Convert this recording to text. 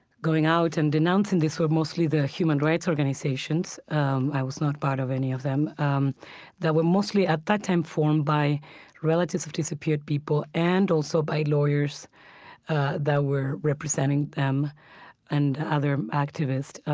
going out and denouncing this were mostly the human rights organizations i was not part of any of them um that were mostly at that time formed by relatives of disappeared people and also by lawyers ah that were representing them and other activists.